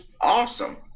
awesome